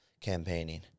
campaigning